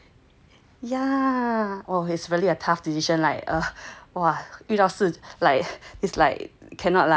yeah oh it's really a tough decision like err !wah! 遇到是 is like cannot lah